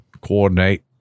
coordinate